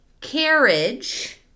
carriage